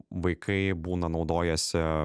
vaikai būna naudojasi